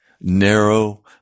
narrow